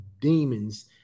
demons